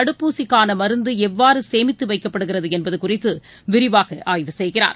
தடுப்பூசிக்கான மருந்து எவ்வாறு சேமித்து வைக்கப்படுகிறது என்பது குறித்து விரிவாக ஆய்வு செய்கிறார்